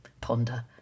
ponder